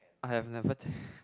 I have never